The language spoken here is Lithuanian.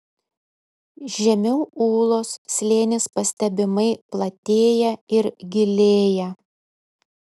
žemiau ūlos slėnis pastebimai platėja ir gilėja